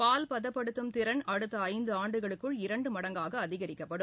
பால் பதப்படுத்தும் திறன் அடுத்த ஐந்து ஆண்டுகளுக்குள் இரண்டு மடங்காக அதிகரிக்கப்படும்